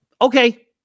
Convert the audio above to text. Okay